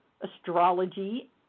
astrology